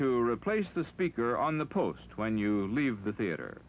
to replace the speaker on the post when you leave the theater